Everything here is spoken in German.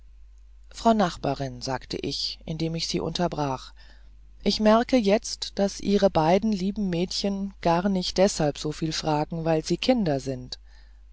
frau nachbarin sagte ich indem ich sie unterbrach ich merke jetzt daß ihre beiden lieben mädchen gar nicht deshalb soviel fragen weil sie kinder sind